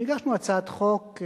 והגשנו הצעת חוק,